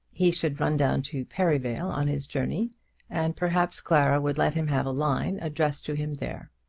he should run down to perivale on his journey and perhaps clara would let him have a line addressed to him there.